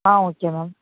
ah okay ma'am